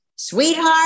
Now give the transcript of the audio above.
Sweetheart